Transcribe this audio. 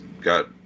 got